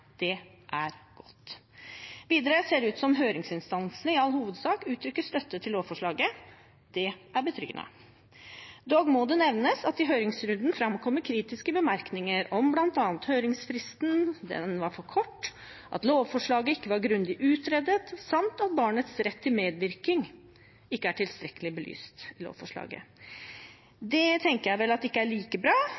Det er godt. Videre ser det ut til at høringsinstansene i all hovedsak uttrykker støtte til lovforslaget. Det er betryggende. Dog må det nevnes at det i høringsrunden framkom kritiske bemerkninger om bl.a. høringsfristen – den var for kort – at lovforslaget ikke var grundig utredet samt at barnets rett til medvirkning ikke er tilstrekkelig belyst i lovforslaget.